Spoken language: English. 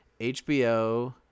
hbo